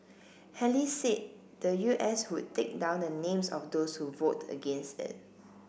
Haley said the U S would take down the names of those who vote against it